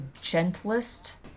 gentlest